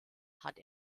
hat